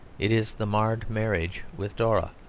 it is the marred marriage with dora,